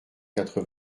quatre